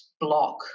block